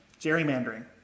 gerrymandering